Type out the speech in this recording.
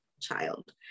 child